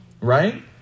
Right